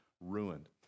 ruined